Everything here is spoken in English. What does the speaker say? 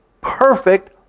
perfect